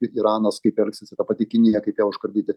kaip iranas kaip elgsis ta pati kinija kaip ją užkardyti